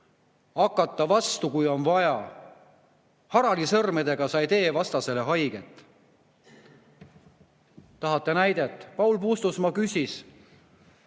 hakata vastu, kui on vaja. Harali sõrmedega sa ei tee vastasele haiget. Tahate näidet? Paul Puustusmaa küsis,